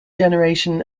generation